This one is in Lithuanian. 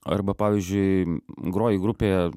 arba pavyzdžiui groji grupėje